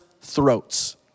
throats